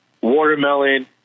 watermelon